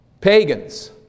Pagans